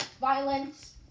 Violence